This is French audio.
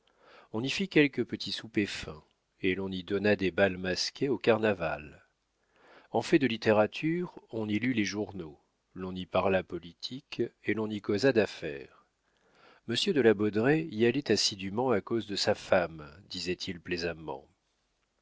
on y fit quelques petits soupers fins et l'on y donna des bals masqués au carnaval en fait de littérature on y lut les journaux l'on y parla politique et l'on y causa d'affaires monsieur de la baudraye y allait assidûment à cause de sa femme disait-il plaisamment